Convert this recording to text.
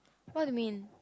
what do you mean